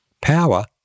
Power